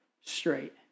straight